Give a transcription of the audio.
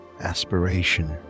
aspiration